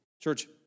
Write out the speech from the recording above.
Church